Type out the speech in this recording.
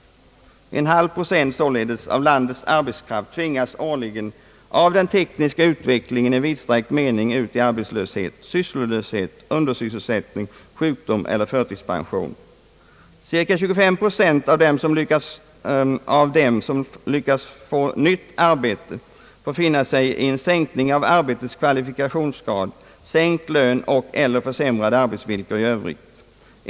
En halv procent av landets arbetskraft tvingas årligen av den tekniska utvecklingen i vidsträckt mening ut i arbetslöshet, sysslolöshet, undersysselsättning, sjukdom eller förtidspension. Ca 25 procent av dem som lyckats få nytt arbete, får finna sig i en sänkning av arbetets kvalifikationsgrad, sänkt lön och/eller försämrade arbetsvillkor i övrigt.